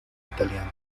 italiano